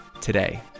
today